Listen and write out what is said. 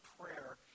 prayer